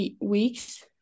weeks